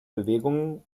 bewegungen